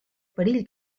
perill